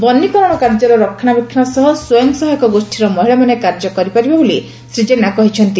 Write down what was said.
ବନୀକରଣ କାର୍ଯ୍ୟର ରକ୍ଷଶାବେକ୍ଷଣ ସହ ସ୍ୱୟଂସହାୟକ ଗୋଷୀର ମହିଳାମାନେ କାର୍ଯ୍ୟ କରିପାରିବେ ବୋଲି ଶ୍ରୀ ଜେନା କହିଛନ୍ତି